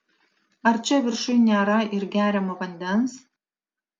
ar čia viršuj nėra ir geriamo vandens